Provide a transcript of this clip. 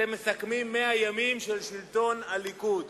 אתם מסכמים 100 ימים של שלטון הליכוד,